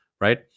Right